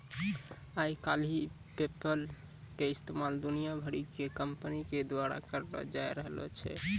आइ काल्हि पेपल के इस्तेमाल दुनिया भरि के कंपनी के द्वारा करलो जाय रहलो छै